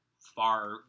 far